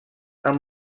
amb